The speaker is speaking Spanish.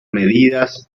medidas